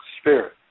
spirit